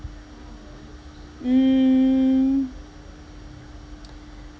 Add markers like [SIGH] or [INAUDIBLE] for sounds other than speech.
mm [NOISE]